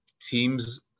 teams